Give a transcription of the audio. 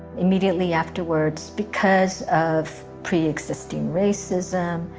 immediately afterwards, because of pre-existing racism,